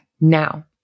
now